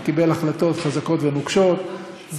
וקיבל החלטות חזקות ונוקשות.